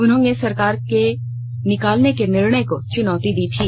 उन्होंने सरकार के निकालने के निर्णय को चुनौती दी थी